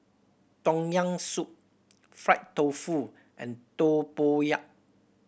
Tom Yam Soup fried tofu and tempoyak